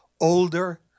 older